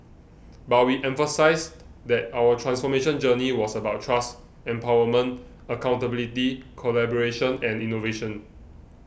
but we emphasised that our transformation journey was about trust empowerment accountability collaboration and innovation